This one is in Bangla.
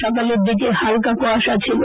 সকালের দিকে হালকা কুয়াশা ছিল